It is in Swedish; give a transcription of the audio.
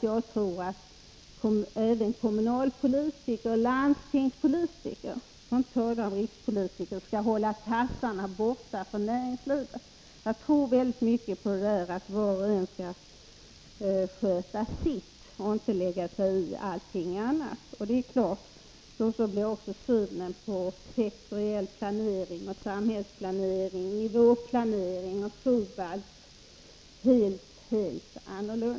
Jag tror nämligen att kommunalpolitiker och landstingspolitiker för att inte tala om rikspolitiker skall hålla tassarna borta från näringslivet. Jag tror väldigt mycket på att var och en skall sköta sitt och inte lägga sig i allt annat. Då blir också synen på sektoriell planering, samhällsplanering, nivåplanering och Fobalt en helt annan.